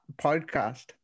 podcast